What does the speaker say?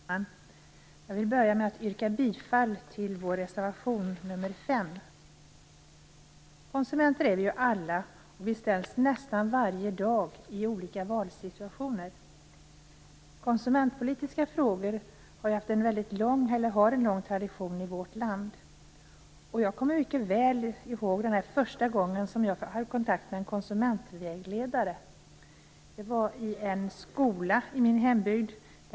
Fru talman! Jag vill börja med att yrka bifall till vår reservation nr 5. Konsumenter är vi alla. Vi ställs nästan varje dag inför olika valsituationer. Konsumentpolitiska frågor har en lång tradition i vårt land. Jag kommer mycket väl ihåg den första gången jag hade kontakt med en konsumentvägledare. Det var i en skola i min hembygd.